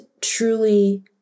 truly